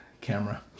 camera